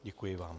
Děkuji vám.